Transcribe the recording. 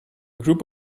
group